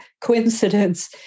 coincidence